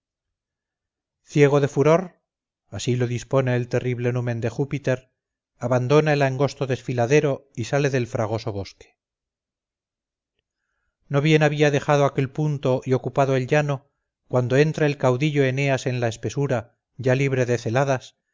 a la ciudad misma ciego de furor así lo dispone el terrible numen de júpiter abandona el angosto desfiladero y sale del fragoso bosque no bien había dejado aquel punto y ocupado el llano cuando entra el caudillo eneas en la espesura ya libre de celadas